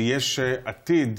יושב-ראש ועדת החינוך,